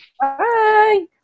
Bye